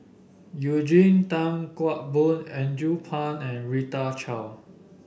Eugene Tan Kheng Boon Andrew Phang and Rita Chao